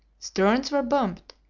sterns were bumped,